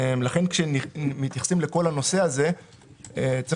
לכן כשמתייחסים לכל הנושא הזה יש לזכור,